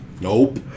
nope